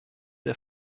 der